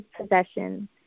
possession